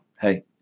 hey